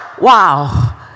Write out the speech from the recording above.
Wow